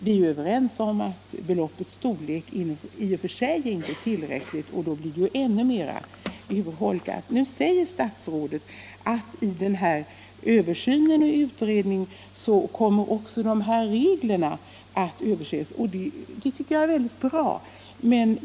Vi är ju överens om att beloppets storlek i och för sig inte är tillräckligt, och nu blir det ännu mera urholkat. Sedan säger statsrådet att vid den pågående översynen kommer också dessa regler att överses. Det är bra.